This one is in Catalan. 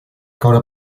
caure